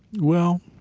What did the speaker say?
well,